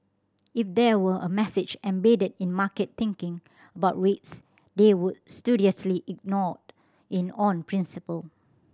if there were a message embedded in market thinking about rates they would studiously ignored in on principle